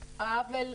ואופוזיציה.